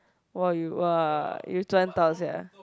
!wah! you !wah! you 全套 sia